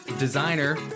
designer